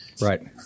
Right